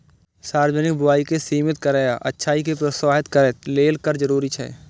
सार्वजनिक बुराइ कें सीमित करै आ अच्छाइ कें प्रोत्साहित करै लेल कर जरूरी छै